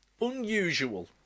unusual